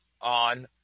on